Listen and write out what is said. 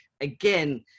Again